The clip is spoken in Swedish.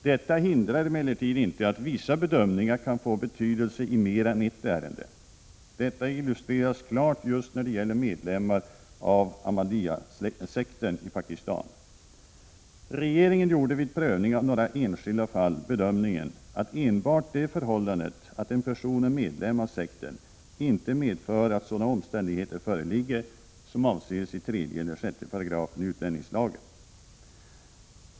Detta hindrar emellertid inte att vissa bedömningar kan få betydelse i mer än ett ärende. Detta illustreras klart just när det gäller medlemmar av Ahmadiyyasekten i Pakistan. Regeringen gjorde vid prövning av några enskilda fall bedömningen att enbart det förhållandet att en person är medlem av sekten inte medför att sådana omständigheter föreligger som avses i 3 eller 6 § utlänningslagen .